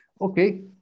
Okay